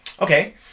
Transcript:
Okay